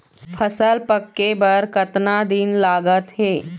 फसल पक्के बर कतना दिन लागत हे?